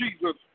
Jesus